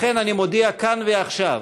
לכן אני מודיע כאן ועכשיו,